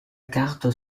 carte